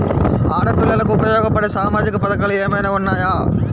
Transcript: ఆడపిల్లలకు ఉపయోగపడే సామాజిక పథకాలు ఏమైనా ఉన్నాయా?